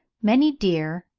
many deer,